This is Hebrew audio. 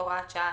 (הוראת שעה),